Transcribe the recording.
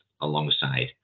alongside